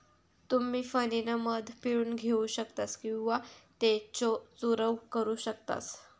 तुम्ही फणीनं मध पिळून घेऊ शकतास किंवा त्येचो चूरव करू शकतास